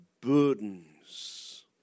burdens